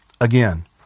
Again